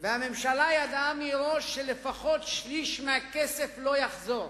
הממשלה ידעה מראש שלפחות שליש מהכסף לא יחזור.